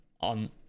on